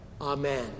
Amen